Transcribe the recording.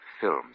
films